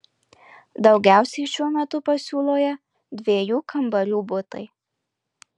daugiausiai šiuo metu pasiūloje dviejų kambarių butai